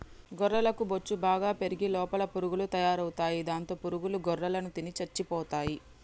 గొర్రెలకు బొచ్చు బాగా పెరిగి లోపల పురుగులు తయారవుతాయి దాంతో పురుగుల గొర్రెలను తిని చచ్చిపోతాయి